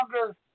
longer